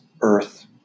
earth